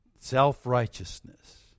Self-righteousness